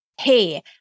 hey